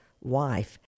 wife